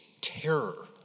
terror